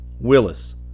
Willis